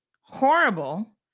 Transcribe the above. horrible